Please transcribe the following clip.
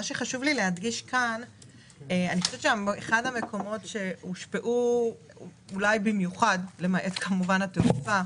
הסוגיה שהושפעה במיוחד מהקורונה - למעט התעופה